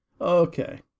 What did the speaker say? Okay